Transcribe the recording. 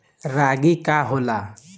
रागी का होला?